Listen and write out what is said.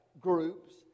groups